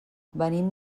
venim